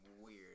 weird